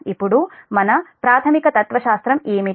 ఇప్పుడు మన ప్రాథమిక తత్వశాస్త్రం ఏమిటి